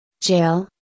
Jail